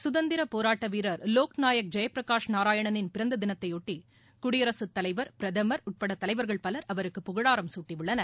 சுதந்திரப் போராட்ட வீரர் வோக் நாயக் ஜெயபிரகாஷ் நாராயணனின் பிறந்த தினத்தையொட்டி குடியரசுத் தலைவர் பிரதமர் உட்பட தலைவர்கள் பலர் அவருக்கு புகழாரம் சூட்டியுள்ளனர்